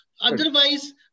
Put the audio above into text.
Otherwise